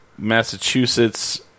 Massachusetts